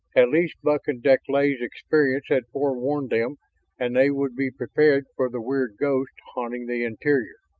at least buck and deklay's experience had forewarned them and they would be prepared for the weird ghosts haunting the interior.